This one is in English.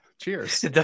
Cheers